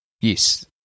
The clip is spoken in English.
Yes